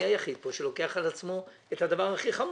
היחיד פה שלוקח על עצמו את הדבר הכי חמור.